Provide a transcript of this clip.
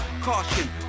Caution